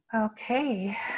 Okay